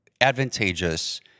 advantageous